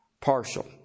Partial